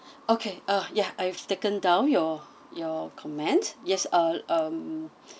okay uh yeah I've taken down your your comment yes uh um